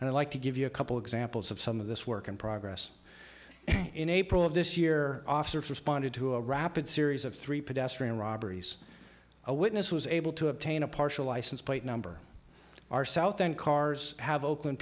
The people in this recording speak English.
and i'd like to give you a couple examples of some of this work in progress in april of this year officers responded to a rapid series of three pedestrian robberies a witness was able to obtain a partial license plate number are south and cars have oakland